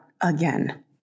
again